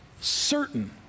certain